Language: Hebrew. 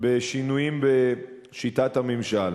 בשינויים בשיטת הממשל.